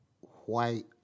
white